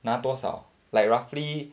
拿多少 like roughly